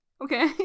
Okay